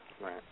Right